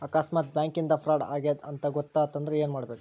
ಆಕಸ್ಮಾತ್ ಬ್ಯಾಂಕಿಂದಾ ಫ್ರಾಡ್ ಆಗೇದ್ ಅಂತ್ ಗೊತಾತಂದ್ರ ಏನ್ಮಾಡ್ಬೇಕು?